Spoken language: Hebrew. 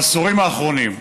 בעשורים האחרונים,